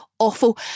awful